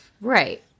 Right